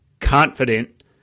confident